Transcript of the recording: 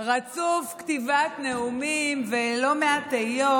רצוף כתיבת נאומים ולא מעט תהיות,